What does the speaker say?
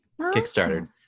Kickstarter